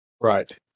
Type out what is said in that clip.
Right